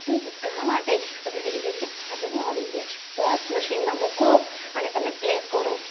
એ બધા માટે અત્યારે ઈલેક્ટ્રિક સાધનો આવી ગયા છે બસ મશીનમાં મૂકો અને તમે પ્લે કરો